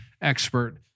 expert